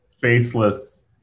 faceless